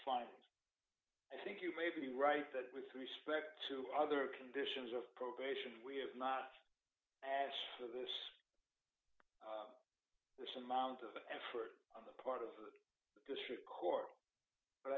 fines i think you may be right that with respect to other conditions of probation we have not asked for this amount of effort on the part of the district court but